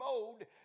mode